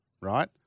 right